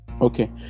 Okay